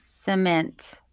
Cement